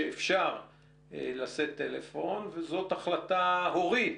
שאפשר לשאת טלפון וזו החלטה הורית,